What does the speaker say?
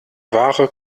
ware